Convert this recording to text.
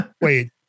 wait